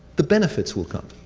the benefits would come.